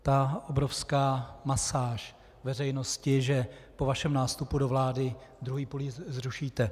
Ta obrovská masáž veřejnosti, že po vašem nástupu do vlády druhý pilíř zrušíte.